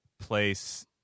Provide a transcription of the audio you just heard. place